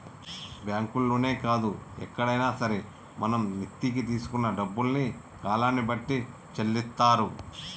బ్యాంకుల్లోనే కాదు ఎక్కడైనా సరే మనం మిత్తికి తీసుకున్న డబ్బుల్ని కాలాన్ని బట్టి చెల్లిత్తారు